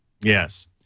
Yes